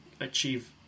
achieve